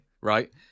right